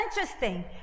interesting